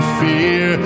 fear